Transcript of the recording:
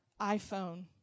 iPhone